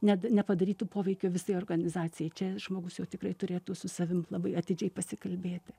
ne nepadarytų poveikio visai organizacijai čia žmogus jau tikrai turėtų su savim labai atidžiai pasikalbėti